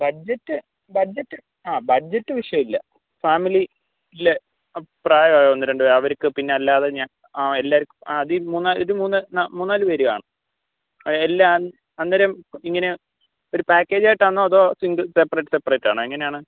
budget budget ആ budget വിഷയമില്ല ഫാമിലിയിൽ അഭിപ്രായം ഒന്നുരണ്ട് അവർക്ക് പിന്നെ അല്ലാതെ ഞാണ് ആ എല്ലാവർക്കും അതിൽ മൂന്നാല് ഇത് മൂന്ന് നാ മൂന്നാല് പേർ കാണും എല്ലാം അന്നേരം ഇങ്ങനെ ഒരു പാക്കേജ് ആയിട്ടാണോ അതോ സിംഗിൾ സെപറേറ്റ് സെപ്പറേറ്റ് ആണോ എങ്ങനെയാണ്